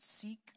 seek